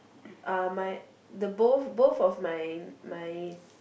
uh my the both both of my my